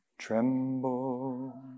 Tremble